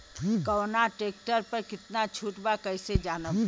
कवना ट्रेक्टर पर कितना छूट बा कैसे जानब?